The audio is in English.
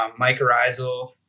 mycorrhizal